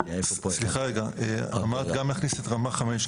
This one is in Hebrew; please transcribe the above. סליחה, אמרת להכניס את רמה (5).